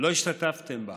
לא השתתפתם בה.